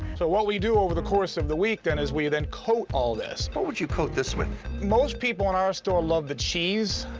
so what we do over the course of the week then is we then coat all this. what would you coat this with? most people in our store love the cheese.